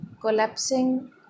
collapsing